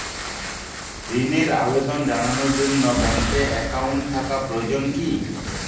ঋণের আবেদন জানানোর জন্য ব্যাঙ্কে অ্যাকাউন্ট থাকা প্রয়োজন কী?